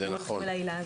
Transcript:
זה נכון.